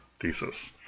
thesis